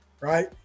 right